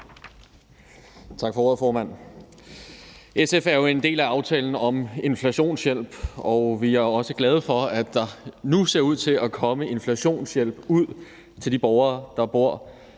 Tak for ordet, formand. SF er jo en del af aftalen om inflationshjælp, og vi er også glade for, at der nu ser ud til at komme inflationshjælp ud til de borgere, der bor